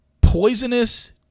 Poisonous